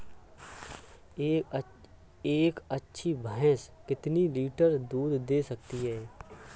एक अच्छी भैंस कितनी लीटर दूध दे सकती है?